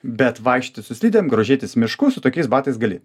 bet vaikščioti su slidėm grožėtis mišku su tokiais batais gali